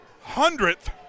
hundredth